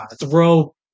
throw